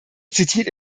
zitiert